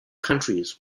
countries